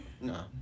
No